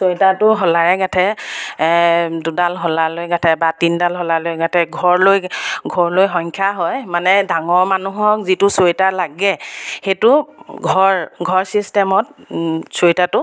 চুৱেটাৰটো হ'লাৰে গাঠে দুডাল হলা লৈ গাঠে বা তিনডাল হলা লৈ গাঠে ঘৰ লৈ ঘৰ লৈ সংখ্যা হয় মানে ডাঙৰ মানুহক যিটো চুৱেটাৰ লাগে সেইটো ঘৰ ঘৰ চিষ্টেমত চুৱেটাৰটো